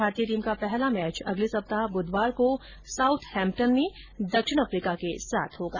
भारतीय टीम का पहला मैच अगले सप्ताह बुधवार को साउथ हैम्पटन में दक्षिण अफ्रीका के साथ होगा